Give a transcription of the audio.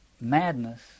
madness